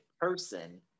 person